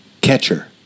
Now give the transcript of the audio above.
catcher